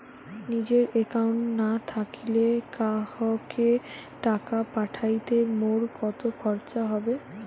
নিজের একাউন্ট না থাকিলে কাহকো টাকা পাঠাইতে মোর কতো খরচা হবে?